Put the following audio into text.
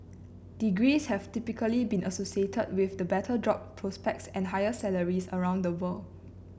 degrees have typically been associated with better job prospects and higher salaries around the world